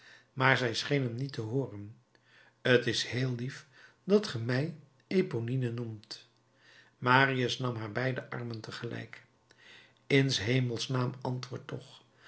maar zij scheen hem niet te hooren t is heel lief dat ge mij eponine noemt marius nam haar beide armen tegelijk in s hemels naam antwoord toch